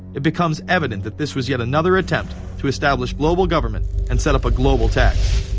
it becomes evident that this was yet another attempt to establish global government and set up a global tax.